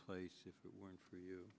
place if it weren't for you